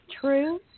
true